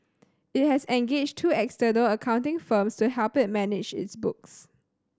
it has engaged two external accounting firms to help it manage its books